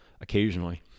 occasionally